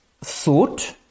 thought